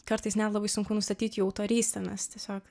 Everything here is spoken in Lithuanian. kartais net labai sunku nustatyt jų autorysenas tiesiog